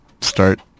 start